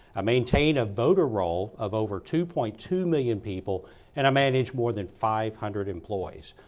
i maintain a voter roll of over two point two million people and i manage more than five hundred employees.